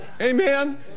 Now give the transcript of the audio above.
Amen